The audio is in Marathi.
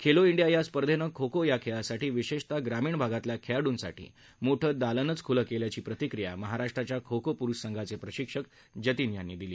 खेलो इंडीया या स्पर्धेनं खो खो या खेळासाठी विशेषतः ग्रामीण भागातल्या खेळाडूंसाठी मोठं दालनच उघडून दिल्याची प्रतिक्रिया महाराष्ट्राच्या खो खो पुरूष संघाचे प्रशिक्षक जतीन यांनी दिली